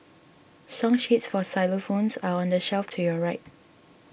song sheets for xylophones are on the shelf to your right